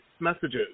messages